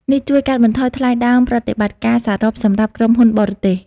នេះជួយកាត់បន្ថយថ្លៃដើមប្រតិបត្តិការសរុបសម្រាប់ក្រុមហ៊ុនបរទេស។